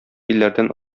илләрдән